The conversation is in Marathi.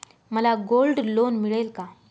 मला गोल्ड लोन मिळेल का?